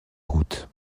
route